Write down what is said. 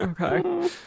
Okay